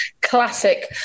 classic